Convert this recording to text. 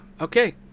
okay